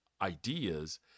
ideas